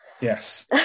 Yes